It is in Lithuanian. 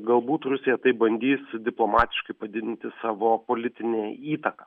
galbūt rusija taip bandys diplomatiškai padidinti savo politinę įtaką